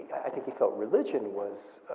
i think he felt religion was